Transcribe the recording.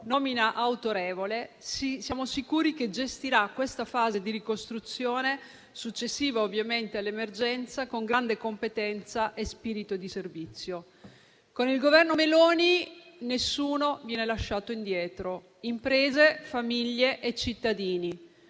è autorevole. Siamo sicuri che gestirà questa fase di ricostruzione successiva all'emergenza con grande competenza e spirito di servizio. Con il Governo Meloni nessuno viene lasciato indietro, imprese, famiglie e cittadini,